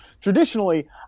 traditionally